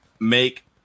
make